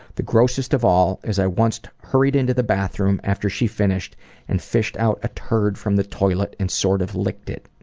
the grossest of all is i once hurried into the bathroom after she finished and fished out a turd from the toilet and sort of licked it.